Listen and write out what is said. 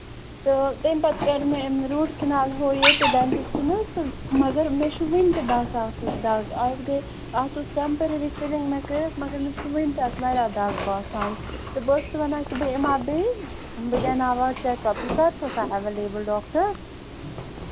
تہٕ تَمہِ پَتہٕ کرِ مےٚ اَمہِ روٗٹ کینال ہُہ یہِ تہٕ ڈٮ۪نٛٹِسٹن حظ تہٕ مَگر مےٚ چھُ ؤنہِ تہِ باسان اَتھ حظ دَگ اَز گٔے اَتھ اوس ٹیمپٔریری فِلِنٛگ مےٚ کٔرِتھ مَگر مےٚ چھُ ؤنہِ تہِ اَتھ واریاہ دَگ باسان تہٕ بہٕ ٲسٕس وَنان بہٕ یِمہٕ ہا بیٚیہِ بہٕ دیٛاوٕناوہا چیک اَپ یہِ کَر چھُ آسان ایٚویلیبٔل ڈاکٹر